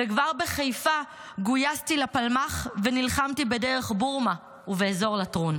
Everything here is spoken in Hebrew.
וכבר בחיפה גויסתי לפלמ"ח ונלחמתי בדרך בורמה ובאזור לטרון".